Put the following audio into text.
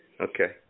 Okay